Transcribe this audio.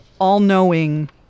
all-knowing